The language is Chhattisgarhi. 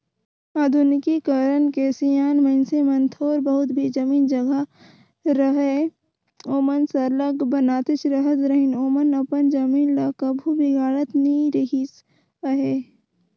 आधुनिकीकरन के सियान मइनसे मन थोर बहुत भी जमीन जगहा रअहे ओमन सरलग बनातेच रहत रहिन ओमन अपन जमीन ल कभू बिगाड़त नी रिहिस अहे